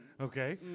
Okay